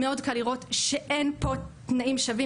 מאוד קל לראות שאין פה תנאים שווים.